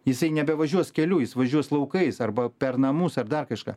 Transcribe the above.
jisai nebevažiuos kelių jis važiuos laukais arba per namus ar dar kažką